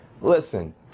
Listen